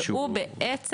שהוא מי?